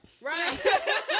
Right